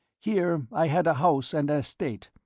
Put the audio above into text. here i had a house and estate,